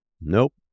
Nope